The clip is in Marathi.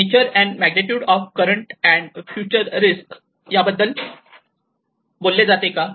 nature and magnitude of current and future risk याबद्दल बोलले जाते का